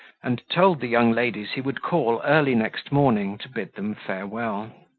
and told the young ladies he would call early next morning to bid them farewell.